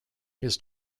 his